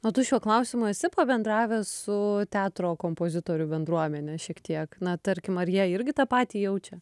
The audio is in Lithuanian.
o tu šiuo klausimu esi pabendravęs su teatro kompozitorių bendruomene šiek tiek na tarkim ar jie irgi tą patį jaučia